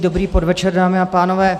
Dobrý podvečer, dámy a pánové.